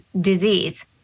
disease